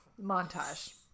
Montage